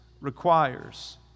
requires